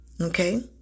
Okay